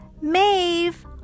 Maeve